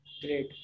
great